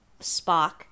Spock